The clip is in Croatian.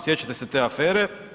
Sjećate se te afere.